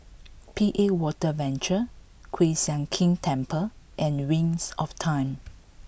P A Water Venture Kiew Sian King Temple and Wings of Time